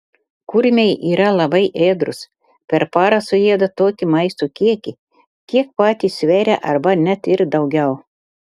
kurmiai yra labai ėdrūs per parą suėda tokį maisto kiekį kiek patys sveria arba net ir daugiau